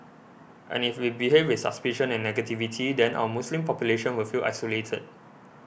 and if we behave with suspicion and negativity then our Muslim population will feel isolated